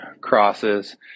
crosses